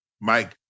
Mike